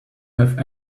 have